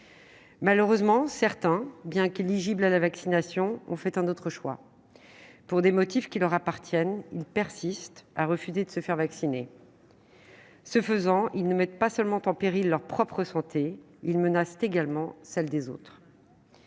Malheureusement, certains, bien qu'éligibles à la vaccination, ont fait un autre choix ; pour des motifs qui leur appartiennent, ils persistent à refuser de se faire vacciner. Ce faisant, ils ne mettent pas seulement en péril leur propre santé, ils menacent également celle des autres.